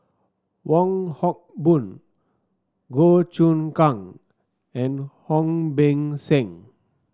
Wong Hock Boon Goh Choon Kang and Ong Beng Seng